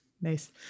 Nice